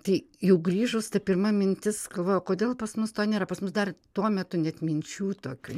tai jau grįžus ta pirma mintis galvojau kodėl pas mus to nėra pas mus dar tuo metu net minčių tokių